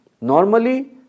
Normally